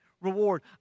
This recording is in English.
reward